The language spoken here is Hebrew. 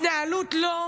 התנהלות, לא.